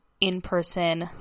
in-person